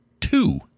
two